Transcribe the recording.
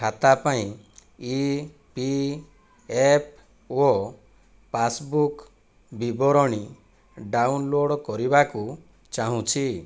ଖାତା ପାଇଁ EPFO passbook ବିବରଣୀ ଡାଉନଲୋଡ଼୍ କରିବାକୁ ଚାହୁଁଛି